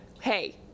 Hey